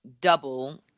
double